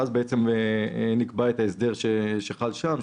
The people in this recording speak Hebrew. ואז בעצם נקבע את ההסדר שחל שם.